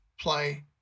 play